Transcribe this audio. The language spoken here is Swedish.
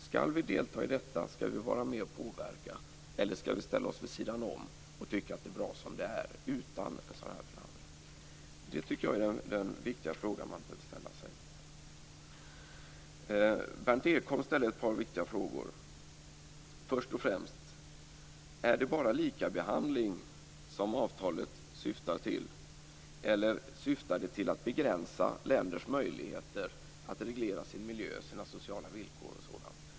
Skall vi delta i detta, skall vi vara med och påverka, eller skall vi ställa oss vid sidan om och tycka att det är bra som det är utan en sådan här förhandling? Det tycker jag är den viktiga frågan man bör ställa sig. Berndt Ekholm ställde ett par viktiga frågor. Först och främst frågade han om det bara är likabehandling som avtalet syftar till, eller om det syftar till att begränsa länders möjligheter att reglera sin miljö, sina sociala villkor och sådant.